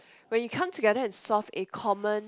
when you come together and solve a common